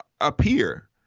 appear